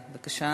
הבין-לאומי,